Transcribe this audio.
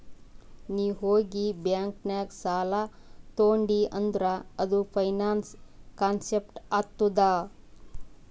ನೀ ಹೋಗಿ ಬ್ಯಾಂಕ್ ನಾಗ್ ಸಾಲ ತೊಂಡಿ ಅಂದುರ್ ಅದು ಫೈನಾನ್ಸ್ ಕಾನ್ಸೆಪ್ಟ್ ಆತ್ತುದ್